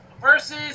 versus